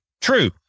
true